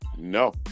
No